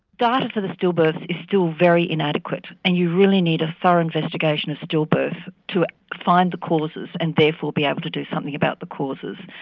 data for the stillbirths is still very inadequate and you really need a thorough investigation of stillbirths to find the causes and therefore be able to do something about the causes.